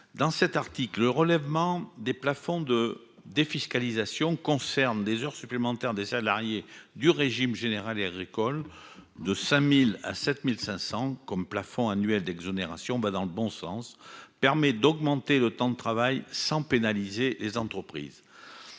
dans cet article, le relèvement des plafonds de défiscalisation concernent des heures supplémentaires des salariés du régime général agricole de 5000 à 7500 comme plafond annuel d'exonération va dans le bon sens permet d'augmenter le temps de travail sans pénaliser les entreprises,